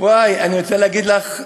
אני רוצה להגיד לך,